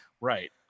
right